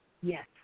Yes